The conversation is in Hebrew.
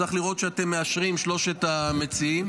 צריך לראות שאתם מאשרים, שלושת המציעים.